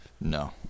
No